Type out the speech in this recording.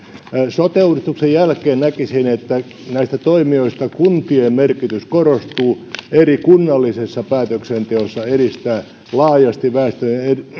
sote uudistuksen jälkeen näistä toimijoista kuntien merkitys korostuu siinä että eri kunnallisessa päätöksenteossa ne edistävät laajasti väestön